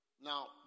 Now